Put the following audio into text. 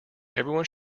everyone